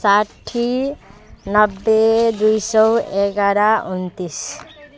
साठी नब्बे दुई सौ एधार उनन्तिस